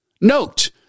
Note